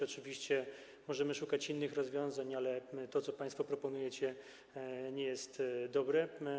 Oczywiście możemy szukać innych rozwiązań, ale to, co państwo proponujecie, nie jest dobre.